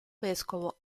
vescovo